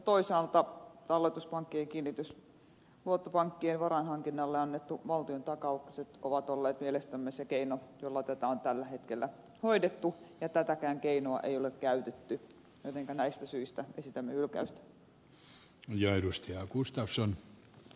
toisaalta talletuspankkien kiinnitysluottopankkien varainhankinnalle annetut valtiontakaukset ovat olleet mielestämme se keino jolla tätä on tällä hetkellä hoidettu ja tätäkään keinoa ei ole käytetty joten näistä syistä esitämme hylkäystä